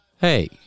Hey